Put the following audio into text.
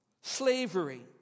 Slavery